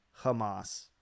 Hamas